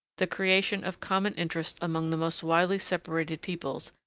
the creation of common interests among the most widely separated peoples,